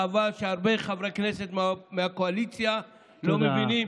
חבל שהרבה חברי כנסת מהקואליציה לא מבינים